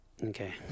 okay